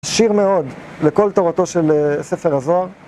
עשיר מאוד, לכל תורתו של א... ספר הזוהר.